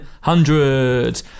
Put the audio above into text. hundred